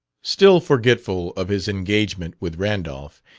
still forgetful of his engagement with randolph,